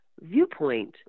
viewpoint